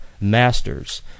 masters